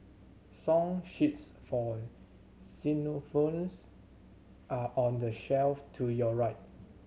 song sheets for xylophones are on the shelf to your right